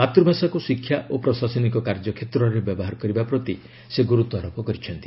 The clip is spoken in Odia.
ମାତୃଭାଷାକୁ ଶିକ୍ଷା ଓ ପ୍ରଶାସନିକ କାର୍ଯ୍ୟ କ୍ଷେତ୍ରରେ ବ୍ୟବହାର କରିବା ପ୍ରତି ସେ ଗୁରୁତ୍ୱାରୋପ କରିଛନ୍ତି